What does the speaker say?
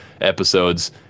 episodes